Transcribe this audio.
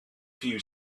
few